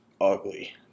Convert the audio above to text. ugly